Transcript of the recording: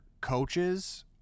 coaches